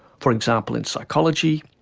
for example, in psychology,